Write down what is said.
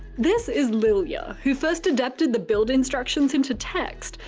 this is lilya, who first adapted the build instructions into text,